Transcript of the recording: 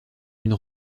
une